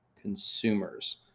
consumers